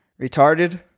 retarded